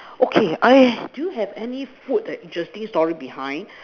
okay I do you have any food that interesting story behind